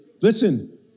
listen